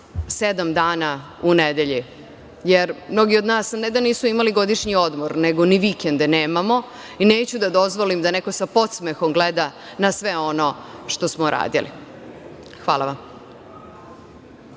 sedam dana u nedelji, jer mnogo od nas ne da nisu imali godišnji odmor, nego ni vikende nemamo, i neću da dozvolim da neko sa podsmehom gleda na sve ono što smo radili. Hvala vam.